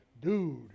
dude